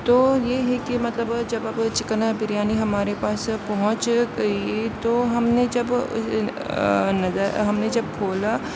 تو یہ یہ کہ مطلب جب آپ چکن بریانی ہمارے پاس پہنچ گئی تو ہم نے جب نظر ہم نے جب کھولا